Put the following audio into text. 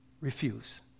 refuse